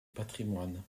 patrimoine